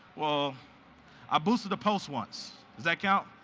ah i boosted a post once. does that yeah